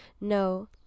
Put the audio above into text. No